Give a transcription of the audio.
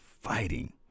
fighting